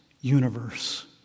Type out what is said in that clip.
universe